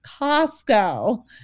Costco